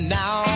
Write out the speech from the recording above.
now